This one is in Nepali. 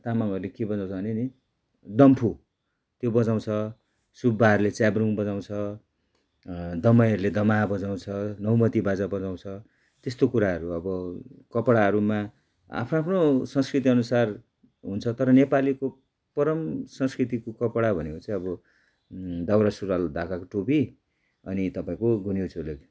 तामाङहरूले के बजाउँछ भने नि डम्फु त्यो बजाउँछ सुब्बाहरूले च्याब्रुङ बजाउँछ दमाईहरूले दमाहा बजाउँछ नौमती बाजा बजाउँछ त्यस्तो कुराहरू अब कपडाहरूमा आ आफ्नो संस्कृतिअनुसार हुन्छ तर नेपालीको परम् संस्कृतिको कपडा भनेको चाहिँ अब दौरा सुरुवाल ढाकाको टोपी अनि तपाईँको गुन्यु चोली